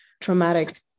traumatic